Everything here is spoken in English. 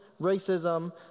racism